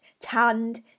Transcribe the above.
tanned